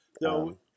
No